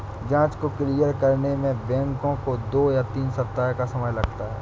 जाँच को क्लियर करने में बैंकों को दो या तीन सप्ताह का समय लगता है